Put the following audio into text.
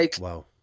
Wow